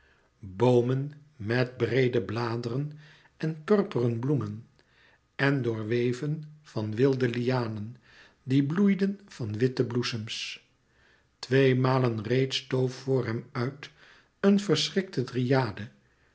boomen met breede bladeren en purperen bloemen en doorweven van wilde lianen die bloeiden van witte bloesems twee malen reeds stoof voor hem uit een verschrikte dryade